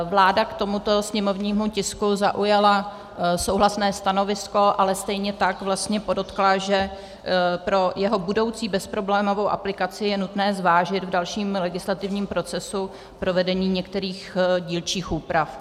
Vláda k tomuto sněmovnímu tisku zaujala souhlasné stanovisko, ale stejně tak vlastně podotkla, že pro jeho budoucí bezproblémovou aplikaci je nutné zvážit v dalším legislativním procesu provedení některých dílčích úprav.